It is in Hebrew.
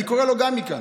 אני קורא גם לו מכאן: